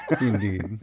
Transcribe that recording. Indeed